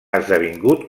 esdevingut